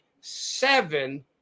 seven